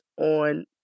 on